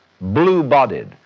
blue-bodied